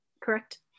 correct